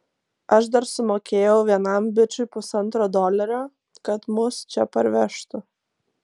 aš dar sumokėjau vienam bičui pusantro dolerio kad mus čia parvežtų